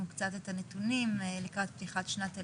קצת את הנתונים לקראת פתיחת שנת הלימודים.